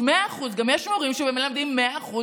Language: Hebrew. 100%. יש מורים שמלמדים 100%,